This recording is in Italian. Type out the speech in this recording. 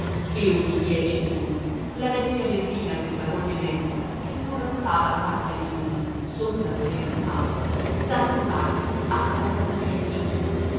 e ogni dieci minuti la vecchia berlina del barone mèndola che scarrozzava la madre di lui sorda come una talpa dal rosario a santa maria di gesù